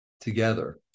Together